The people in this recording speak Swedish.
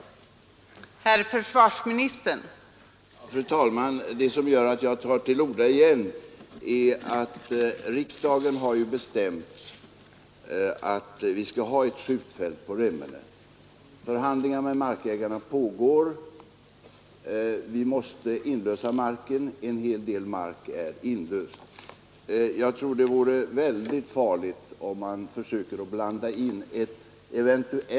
Om statsbidrag för